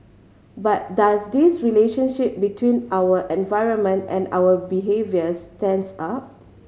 but does this relationship between our environment and our behaviour stands up